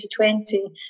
2020